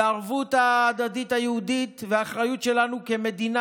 והערבות ההדדית היהודית והאחריות שלנו כמדינה